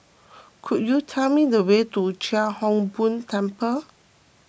could you tell me the way to Chia Hung Boo Temple